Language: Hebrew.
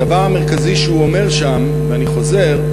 הדבר המרכזי שהוא אומר שם, ואני חוזר,